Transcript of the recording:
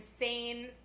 insane